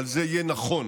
אבל זה יהיה נכון.